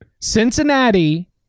Cincinnati